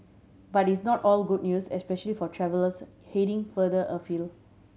but it's not all good news especially for travellers heading farther afield